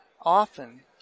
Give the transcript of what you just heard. often